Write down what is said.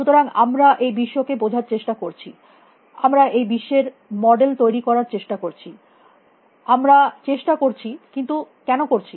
সুতরাং আমরা এই বিশ্বকে বোঝার চেষ্টা করছি আমরা এই বিশ্বের মডেল তৈরী করার চেষ্টা করছি আমরা চেষ্টা করছি কিন্তু কেন করছি